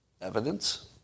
evidence